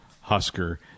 Husker